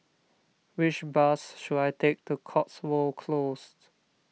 which bus should I take to Cotswold Close